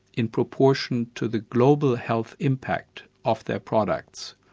in proportion to the global health impact of their products.